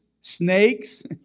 snakes